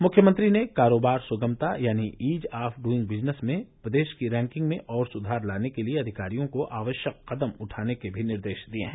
मुख्यमंत्री ने कारोबार सुगमता यानी ईज ऑफ दूहंग बिजनेस में प्रदेश की रैंकिंग में और सुधार लाने के लिए अधिकारियों को आवश्यक कदम उठाने के भी निर्देश दिए हैं